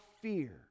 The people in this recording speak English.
fear